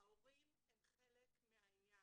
ההורים הם חלק מהעניין.